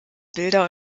bilder